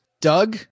Doug